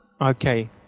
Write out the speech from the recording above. okay